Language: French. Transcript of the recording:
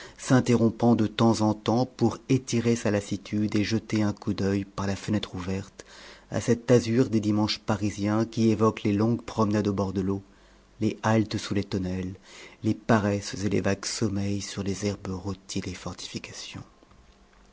s'interrompant de temps en temps pour étirer sa lassitude et jeter un coup d'œil par la fenêtre ouverte à cet azur des dimanches parisiens qui évoque les longues promenades au bord de l'eau les haltes sous les tonnelles les paresses et les vagues sommeils sur les herbes rôties des fortifications